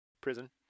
prison